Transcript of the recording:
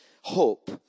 hope